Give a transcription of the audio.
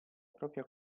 proprio